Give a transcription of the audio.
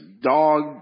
dog